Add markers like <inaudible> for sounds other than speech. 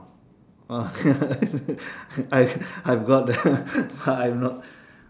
<laughs> I've I've got the I'm not